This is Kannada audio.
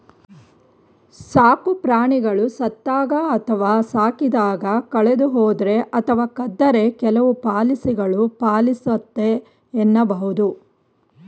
ಸಾಕುಪ್ರಾಣಿಗಳು ಸತ್ತಾಗ ಅಥವಾ ಸಾಕಿದಾಗ ಕಳೆದುಹೋದ್ರೆ ಅಥವಾ ಕದ್ದರೆ ಕೆಲವು ಪಾಲಿಸಿಗಳು ಪಾಲಿಸುತ್ತೆ ಎನ್ನಬಹುದು